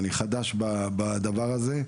אני חדש בדבר הזה,